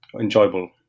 enjoyable